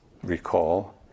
Recall